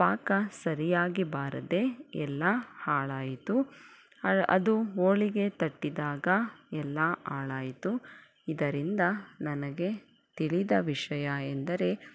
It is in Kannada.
ಪಾಕ ಸರಿಯಾಗಿ ಬರದೆ ಎಲ್ಲ ಹಾಳಾಯಿತು ಅದು ಹೋಳಿಗೆ ತಟ್ಟಿದಾಗ ಎಲ್ಲ ಹಾಳಾಯ್ತು ಇದರಿಂದ ನನಗೆ ತಿಳಿದ ವಿಷಯ ಎಂದರೆ